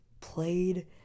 played